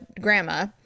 grandma